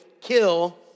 kill